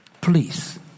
Please